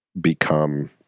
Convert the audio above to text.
become